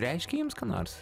reiškia jums ką nors